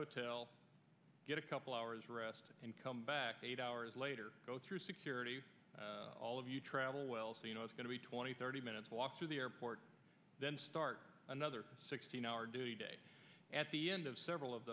hotel get a couple hours rest and come back eight hours later go through security all of you travel well so you know it's going to be twenty thirty minutes walk to the airport then start another sixteen hour day at the end of several of